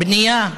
בנייה,